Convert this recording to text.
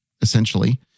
essentially